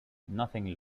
nothing